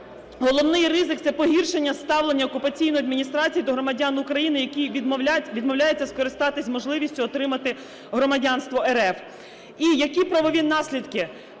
головний ризик – це погіршення ставлення окупаційної адміністрації до громадян України, які відмовляються скористатись можливістю отримати громадянства РФ. І які правові наслідки